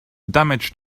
damage